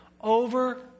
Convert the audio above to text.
over